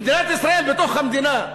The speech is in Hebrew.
במדינת ישראל, בתוך המדינה,